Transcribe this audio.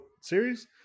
series